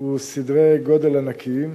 הם סדרי גודל ענקיים.